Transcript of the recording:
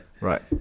Right